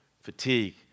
fatigue